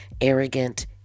arrogant